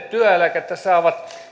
työeläkettä saavat minulla